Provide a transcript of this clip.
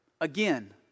Again